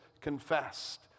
confessed